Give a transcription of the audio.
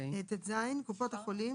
(טז)קופות החולים